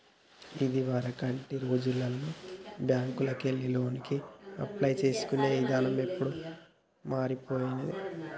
ఇదివరకటి రోజుల్లో లాగా బ్యేంకుకెళ్లి లోనుకి అప్లై చేసుకునే ఇదానం ఇప్పుడు మారిపొయ్యినాది